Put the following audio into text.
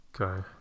Okay